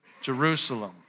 Jerusalem